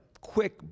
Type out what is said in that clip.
quick